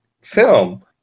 film